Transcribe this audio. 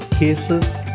Cases